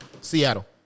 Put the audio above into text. Seattle